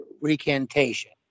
recantation